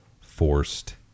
forced